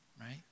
right